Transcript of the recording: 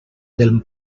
del